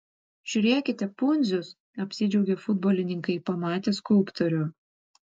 žiūrėkite pundzius apsidžiaugė futbolininkai pamatę skulptorių